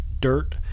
dirt